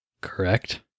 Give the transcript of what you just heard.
Correct